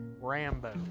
rambo